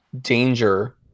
danger